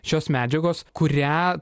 šios medžiagos kurią